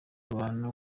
abantu